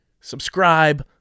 Subscribe